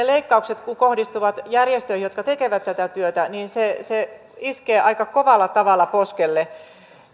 leikkaukset kohdistuvat järjestöihin jotka tekevät tätä työtä niin se se iskee aika kovalla tavalla poskelle